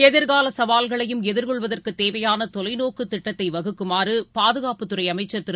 எதிர்காலசவால்களையும் எதிர்கொள்வதற்குதேவையானதொலைநோக்குதிட்டத்தைவகுக்குமாறுபாதுகாப்புத்துறைஅமைச்சர் திரு